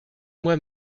moi